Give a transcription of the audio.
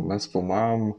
mes filmavom